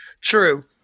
True